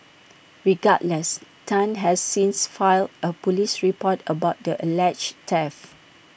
regardless Tang has since filed A Police report about the alleged theft